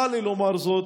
צר לי לומר זאת,